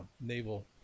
Naval